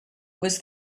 was